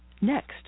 Next